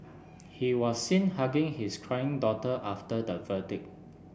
he was seen hugging his crying daughter after the verdict